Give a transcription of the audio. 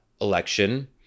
election